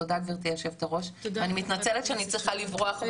תודה גברתי יושבת הראש ואני מתנצלת שאני צריכה לברוח,